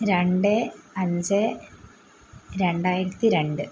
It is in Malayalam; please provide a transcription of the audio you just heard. രണ്ട് അഞ്ച് രണ്ടായിരത്തി രണ്ട്